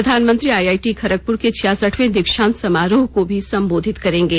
प्रधानमंत्री आईआईटी ँखडगपुर के छियासठवें दीक्षांत समारोह को भी संबोधित करेंगे